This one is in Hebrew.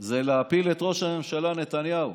להפיל את ראש הממשלה נתניהו,